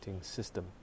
system